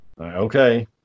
Okay